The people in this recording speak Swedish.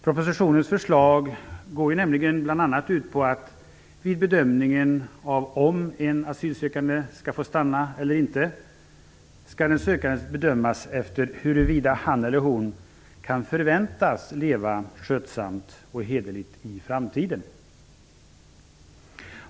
Propositionens förslag går ju bl.a. ut på att det vid bedömningen av om en asylsökande skall få stanna eller inte skall göras en bedömning av huruvida denne i framtiden kan förväntas leva skötsamt och hederligt.